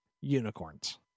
unicorns